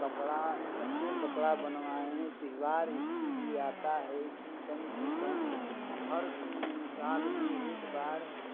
कपड़ा सबको कपड़ा बनवाएं त्योहार इसीलिए आता है की कम से कम हर साल में एक बार